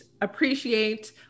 appreciate